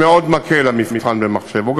המבחן במחשב מאוד מקל.